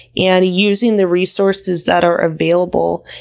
and using the resources that are available,